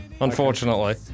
unfortunately